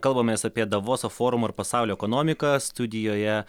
kalbamės apie davoso forumą ir pasaulio ekonomiką studijoje